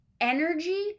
energy